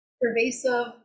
pervasive